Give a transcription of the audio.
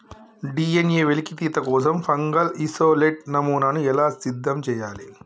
DNA వెలికితీత కోసం fungal isolate నమూనాను ఎలా సిద్ధం చెయ్యాలి?